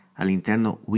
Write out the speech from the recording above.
all'interno